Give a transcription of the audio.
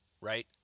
right